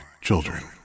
children